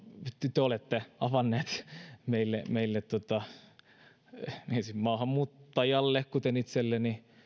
te te olette avannut esimerkiksi meille maahanmuuttajille kuten itselleni